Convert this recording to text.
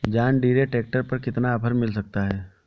John Deere tractor पर कितना offer मिल सकता है?